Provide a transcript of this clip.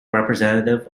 representatives